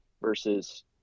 versus